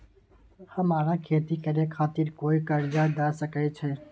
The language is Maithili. हमरा खेती करे खातिर कोय कर्जा द सकय छै?